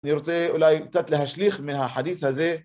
אני רוצה אולי קצת להשליך מן הח'ליף הזה.